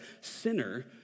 sinner